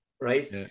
right